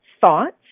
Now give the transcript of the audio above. thoughts